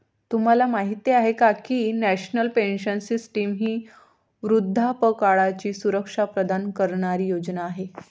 तुम्हाला माहिती आहे का की नॅशनल पेन्शन सिस्टीम ही वृद्धापकाळाची सुरक्षा प्रदान करणारी योजना आहे